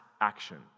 action